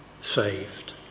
saved